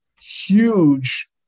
huge